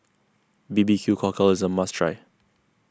B B Q Cockle is a must try